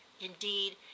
Indeed